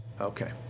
Okay